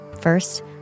First